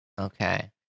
Okay